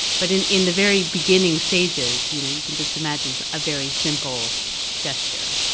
but in in the very beginning stages, you know you can just imagine a very simple gesture.